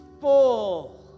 Full